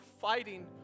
fighting